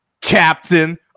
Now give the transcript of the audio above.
Captain